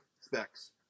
specs